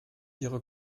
ihrer